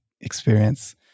experience